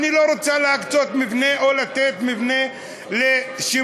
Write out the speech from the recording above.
אני לא רוצה להקצות מבנה או לתת מבנה לשימוש.